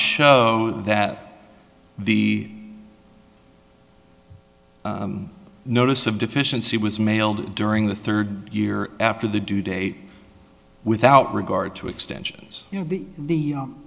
show that the notice of deficiency was mailed during the third year after the due date without regard to extensions the the